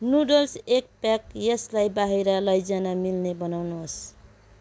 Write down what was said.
noodles एक pack यसलाई बाहिर लैजान मिल्ने बनाउनुहोस्